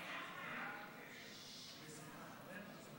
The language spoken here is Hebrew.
ההצעה להעביר לוועדה את הצעת